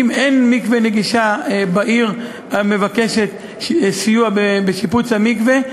אם אין מקווה נגיש בעיר המבקשת סיוע בשיפוץ המקווה,